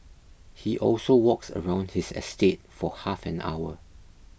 he also walks around his estate for half an hour